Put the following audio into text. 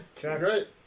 Great